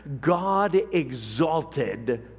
God-exalted